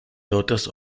daughters